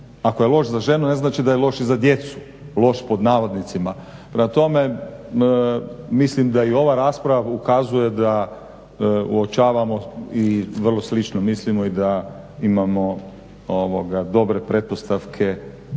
Ako je loš za ženu, ne znači da je loš i za djecu, loš pod navodnicima. Prema tome, mislim da i ova rasprava ukazuje da uočavamo i vrlo slično mislimo i da imamo dobre pretpostavke,